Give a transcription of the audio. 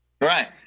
Right